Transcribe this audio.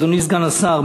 אדוני סגן השר,